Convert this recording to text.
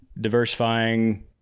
diversifying